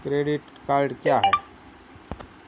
Credit card क्या है?